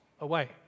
away